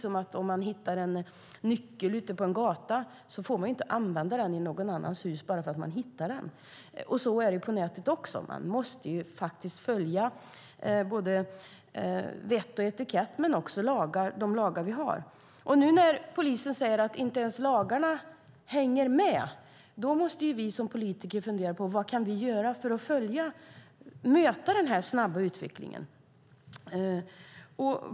Om man hittar en nyckel ute på en gata får man inte använda den i någon annans hus. Så är det på nätet också. Man måste följa både vett och etikett och de lagar vi har. När polisen nu säger att inte ens lagarna hänger med måste vi som politiker fundera på vad vi kan göra för att möta denna snabba utveckling.